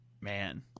Man